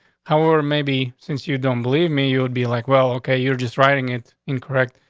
how are maybe since you don't believe me, you would be like well, okay, you're just writing it incorrect.